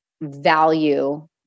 value